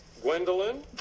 Gwendolyn